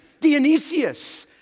Dionysius